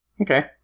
Okay